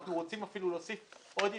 אנחנו רוצים אפילו להוסיף עוד יישובים,